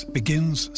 begins